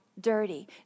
dirty